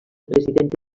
presidenta